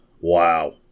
Wow